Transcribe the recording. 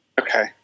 Okay